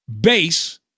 base